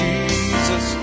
Jesus